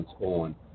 on